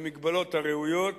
במגבלות הראויות,